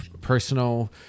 personal